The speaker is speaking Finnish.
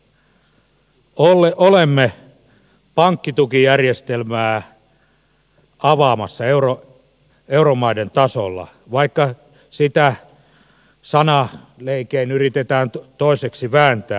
on tunnustettava se että olemme pankkitukijärjestelmää avaamassa euromaiden tasolla vaikka sitä sanaleikein yritetään toiseksi vääntää